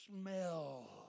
smell